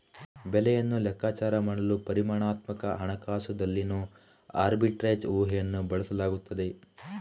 ಬೆಲೆಯನ್ನು ಲೆಕ್ಕಾಚಾರ ಮಾಡಲು ಪರಿಮಾಣಾತ್ಮಕ ಹಣಕಾಸುದಲ್ಲಿನೋ ಆರ್ಬಿಟ್ರೇಜ್ ಊಹೆಯನ್ನು ಬಳಸಲಾಗುತ್ತದೆ